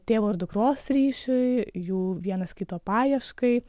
tėvo ir dukros ryšiui jų vienas kito paieškai